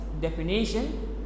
definition